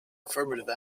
affirmative